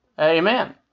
Amen